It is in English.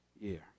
year